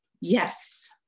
Yes